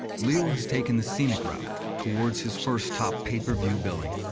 leo has taken the scenic route towards his first top pay-per-view billing.